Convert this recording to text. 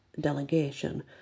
delegation